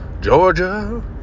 Georgia